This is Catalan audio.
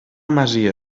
masia